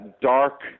dark